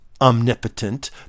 omnipotent